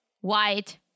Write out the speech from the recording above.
white